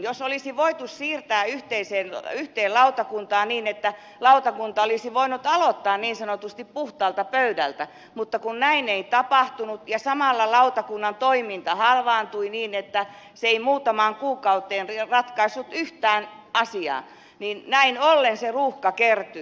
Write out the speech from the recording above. jos olisi voitu siirtää yhteen lautakuntaan niin että lautakunta olisi voinut aloittaa niin sanotusti puhtaalta pöydältä mutta kun näin ei tapahtunut ja samalla lautakunnan toiminta halvaantui niin että se ei muutamaan kuukauteen ratkaissut yhtään asiaa näin ollen se ruuhka kertyi